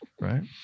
right